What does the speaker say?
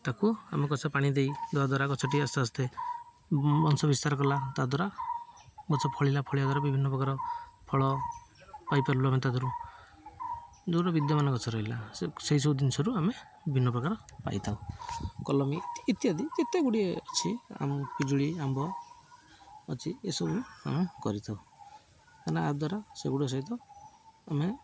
ତାକୁ ଆମେ ଗଛ ପାଣି ଦେଇ ଯାହାଦ୍ୱାରା ଗଛଟି ଆସ୍ତେ ଆସ୍ତେ ବଂଶ ବିସ୍ତାର କଲା ତା ଦ୍ୱାରା ଗଛ ଫଳିଲା ଫଳିବା ଦ୍ୱାରା ବିଭିନ୍ନ ପ୍ରକାର ଫଳ ପାଇପାରିଲୁ ଆମେ ତା ଦେହରୁ ଦୂର ବିଦ୍ୟମାନ ଗଛ ରହିଲା ସେଇସବୁ ଜିନିଷରୁ ଆମେ ବିଭିନ୍ନ ପ୍ରକାର ପାଇଥାଉ କଲମୀ ଇତ୍ୟାଦି ଯେତେ ଗୁଡ଼ିଏ ଅଛି ଆମ ପିଜୁଳି ଆମ୍ବ ଅଛି ଏସବୁ ଆମେ କରିଥାଉ କାହିଁକିନା ଆ ଦ୍ୱାରା ସେଗୁଡ଼ା ସହିତ ଆମେ